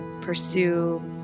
pursue